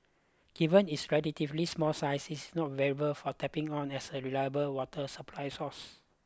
given its relatively small size it is not viable for tapping on as a reliable water supply source